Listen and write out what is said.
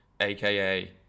aka